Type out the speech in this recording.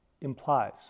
implies